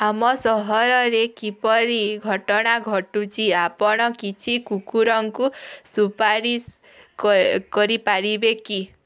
ଆମ ସହରରେ କିପରି ଘଟଣା ଘଟୁଛି ଆପଣ କିଛି କୁକୁରଙ୍କୁ ସୁପାରିଶ କ କରିପାରିବେ କି